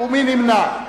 מי נמנע?